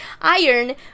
Iron